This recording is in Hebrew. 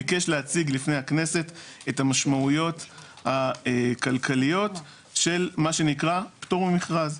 וביקש להציג בפני הכנסת את המשמעויות הכלכליות של מה שנקרא פטור ממכרז.